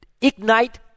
ignite